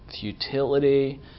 futility